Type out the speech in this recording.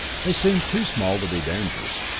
they seemed too small to be dangerous.